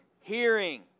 hearing